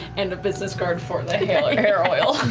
and a business card for the hair oil.